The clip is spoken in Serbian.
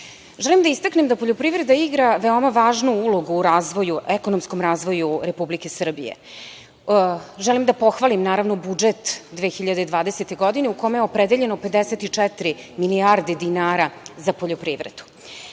da istaknem da poljoprivreda igra veoma važnu ulogu u razvoju, ekonomskom razvoju Republike Srbije. Želim da pohvalim, naravno, budžet 2020. godine u kome je opredeljeno 54 milijarde dinara za poljoprivredu.